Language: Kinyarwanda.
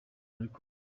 kongo